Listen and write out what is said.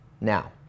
Now